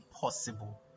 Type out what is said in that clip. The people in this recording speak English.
possible